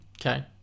okay